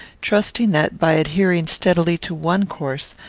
trusting that, by adhering steadily to one course,